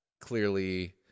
clearly